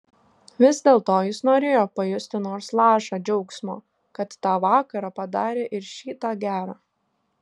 vis dėlto jis norėjo pajusti nors lašą džiaugsmo kad tą vakarą padarė ir šį tą gera